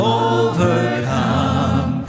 overcome